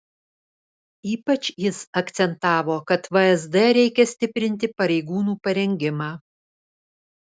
ypač jis akcentavo kad vsd reikia stiprinti pareigūnų parengimą